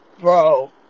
Bro